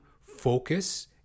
focus